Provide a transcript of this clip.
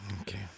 Okay